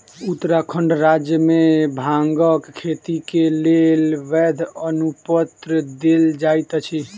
उत्तराखंड राज्य मे भांगक खेती के लेल वैध अनुपत्र देल जाइत अछि